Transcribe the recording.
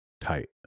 tight